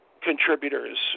contributors